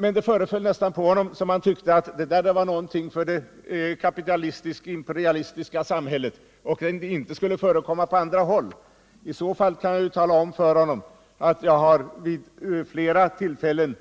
Men det föreföll nästan som om Lars-Ove Hagberg menade att det där var någonting typiskt för det kapitalistiskt-imperialistiska samhället och att det inte skulle förekomma på andra håll. Men jag kan tala om för honom att jag vid flera tillfällen